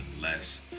less